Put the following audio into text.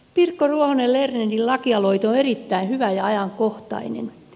pirkko ruohonen lernerin lakialoite on erittäin hyvä ja ajankohtainen